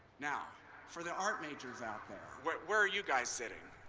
now for the art majors out there where where are you guys sitting?